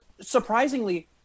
surprisingly